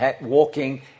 walking